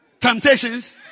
Temptations